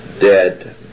Dead